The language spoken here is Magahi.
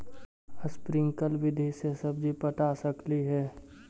स्प्रिंकल विधि से सब्जी पटा सकली हे?